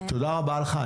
תודה רבה לך.